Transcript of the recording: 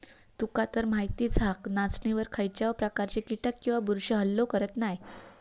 तुकातर माहीतच हा, नाचणीवर खायच्याव प्रकारचे कीटक किंवा बुरशी हल्लो करत नाय